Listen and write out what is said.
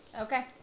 Okay